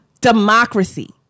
democracy